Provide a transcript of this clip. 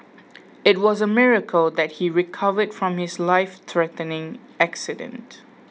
it was a miracle that he recovered from his lifethreatening accident